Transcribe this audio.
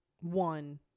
one